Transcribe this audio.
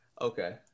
Okay